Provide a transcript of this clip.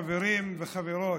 חברים וחברות,